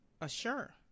Assure